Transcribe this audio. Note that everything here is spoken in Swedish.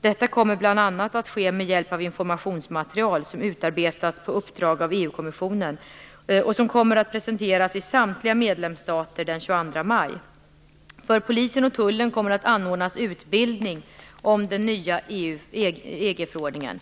Detta kommer bl.a. att ske med hjälp av informationsmaterial som utarbetats på uppdrag av EG-kommissionen och som kommer att presenteras i samtliga medlemsstater den 22 maj. För polisen och tullen kommer det att anordnas utbildning om den nya EG-förordningen.